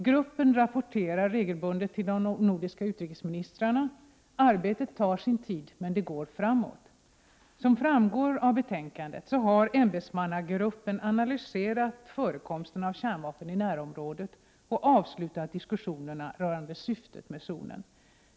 Gruppen rapporterar regelbundet till de nordiska utrikesministrarna. Arbetet tar sin tid, men det går framåt. Som framgår av betänkandet har ämbetsmannagruppen analyserat förekomsten av kärnvapen i närområdet och avslutat diskussionerna rörande syftet med zonen.